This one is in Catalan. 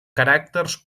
caràcters